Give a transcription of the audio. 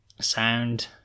sound